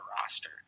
roster